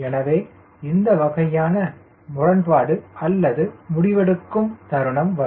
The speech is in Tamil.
எனவே இந்த வகையான முரண்பாடு அல்லது முடிவெடுக்கும் தருணம் வரும்